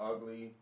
Ugly